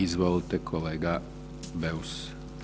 Izvolite kolega Beus.